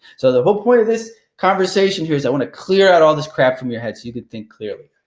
so the whole point of this conversation here is i wanna clear out all this crap from your head so you can think clearly.